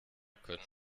können